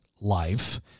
life